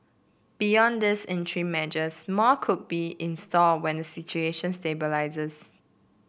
beyond these interim measures more could be in store when the situation stabilises